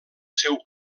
seu